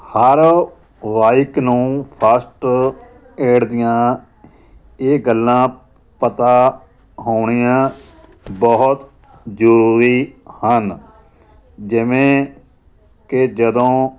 ਹਰ bike ਨੂੰ first aid ਦੀਆਂ ਇਹ ਗੱਲਾਂ ਪਤਾ ਹੋਣੀਆਂ ਬਹੁਤ ਜ਼ਰੂਰੀ ਹਨ ਜਿਵੇਂ ਕਿ ਜਦੋਂ